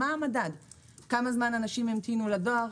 מה יהיה המדד - כמה זמן אנשים המתינו לדואר,